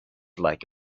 like